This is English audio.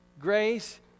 Grace